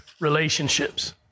relationships